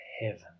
heaven